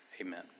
Amen